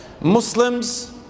Muslims